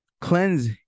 Cleanse